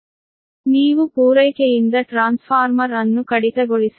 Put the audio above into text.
ನೀವು ಪೂರೈಕೆಯಿಂದ ಟ್ರಾನ್ಸ್ಫಾರ್ಮರ್ ಅನ್ನು ಕಡಿತಗೊಳಿಸಬೇಕು